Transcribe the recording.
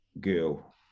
girl